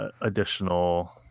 additional